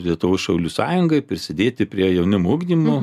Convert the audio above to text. lietuvos šaulių sąjungai prisidėti prie jaunimo ugdymo